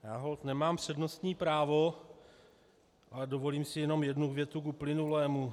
Já holt nemám přednostní právo, ale dovolím si jenom jednu větu k uplynulému.